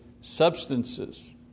substances